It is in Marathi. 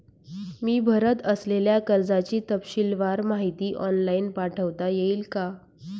मी भरत असलेल्या कर्जाची तपशीलवार माहिती ऑनलाइन पाठवता येईल का?